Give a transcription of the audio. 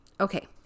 Okay